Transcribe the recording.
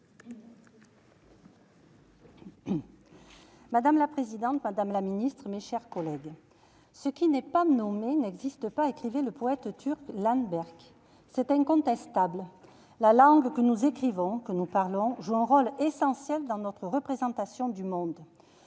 Madame la présidente, madame la secrétaire d'État, mes chers collègues, « ce qui n'est pas nommé n'existe pas », écrivait le poète turc Ilhan Berk. C'est incontestable : la langue que nous écrivons, que nous parlons, joue un rôle essentiel dans notre représentation du monde.